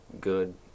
good